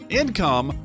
income